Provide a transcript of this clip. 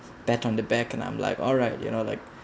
pat on the back and I'm like all right you know like